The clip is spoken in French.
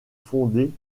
fondée